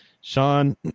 Sean